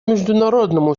международному